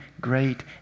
great